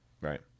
Right